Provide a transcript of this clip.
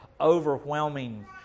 overwhelming